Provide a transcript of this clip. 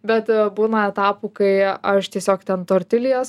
bet būna etapų kai aš tiesiog ten tortilijas